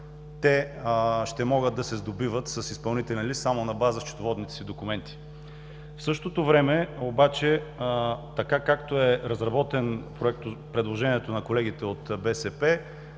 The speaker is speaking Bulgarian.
те ще могат да се сдобиват с изпълнителен лист само на база счетоводните си документи. В същото време обаче, както е разработено предложението на колегите от БСП,